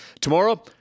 Tomorrow